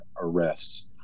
arrests